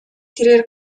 тэрээр